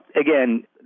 again